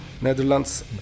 Netherlands